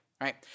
right